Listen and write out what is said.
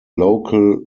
local